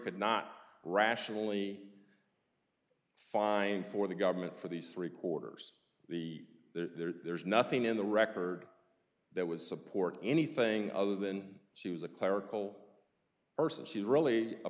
could not rationally find for the government for these three quarters the there's nothing in the record that was support anything other than she was a clerical person she's really a